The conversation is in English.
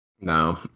No